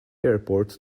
airport